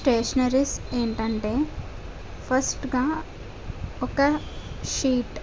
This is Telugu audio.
స్టేషనరీస్ ఏంటి అంటే ఫస్ట్గా ఒక షీట్